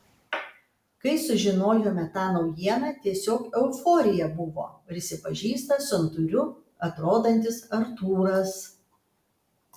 kai sužinojome tą naujieną tiesiog euforija buvo prisipažįsta santūriu atrodantis artūras